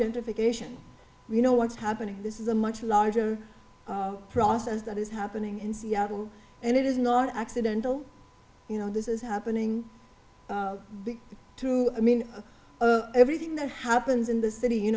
gentrification you know what's happening this is a much larger process that is happening in seattle and it is not accidental you know this is happening to i mean everything that happens in the city you